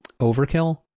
overkill